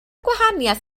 gwahaniaeth